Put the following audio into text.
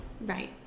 right